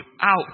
out